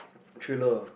thriller